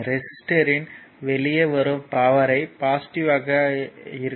ரெசிஸ்டர்யின் வெளியே வரும் பவர்யும் பாசிட்டிவ்வாக ஆக இருக்கும்